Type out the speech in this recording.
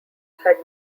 had